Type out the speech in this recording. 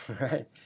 right